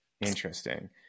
Interesting